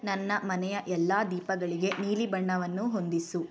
ನನ್ನ ಮನೆಯ ಎಲ್ಲ ದೀಪಗಳಿಗೆ ನೀಲಿ ಬಣ್ಣವನ್ನು ಹೊಂದಿಸು